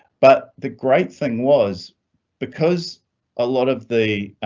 but the great thing was because a lot of the.